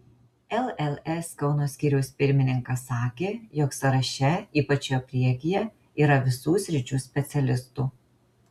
lls kauno skyriaus pirmininkas sakė jog sąraše ypač jo priekyje yra visų sričių specialistų